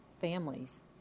families